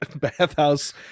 Bathhouse